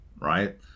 right